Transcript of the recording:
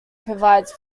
provides